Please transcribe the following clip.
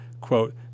quote